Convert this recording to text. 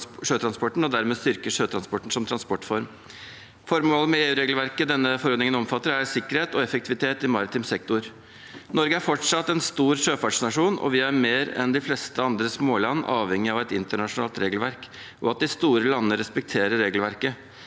og dermed styrke sjøtransporten som transportform. Formålet med EU-regelverket denne forordningen omfatter, er sikkerhet og effektivitet i maritim sektor. Norge er fortsatt en stor sjøfartsnasjon, og vi er mer enn de fleste andre småland avhengig av et internasjonalt regelverk, og at de store landene respekterer regelverket.